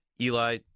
Eli